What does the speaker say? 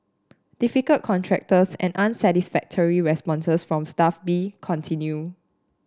difficult contractors and unsatisfactory responses from Staff B continued